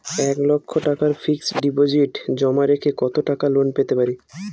এক লক্ষ টাকার ফিক্সড ডিপোজিট জমা রেখে কত টাকা লোন পেতে পারি?